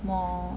more